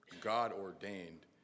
God-ordained